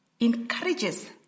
Encourages